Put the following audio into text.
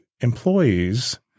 employees